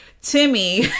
Timmy